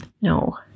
No